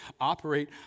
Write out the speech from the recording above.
operate